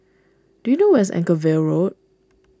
do you know where is Anchorvale Road